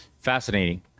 Fascinating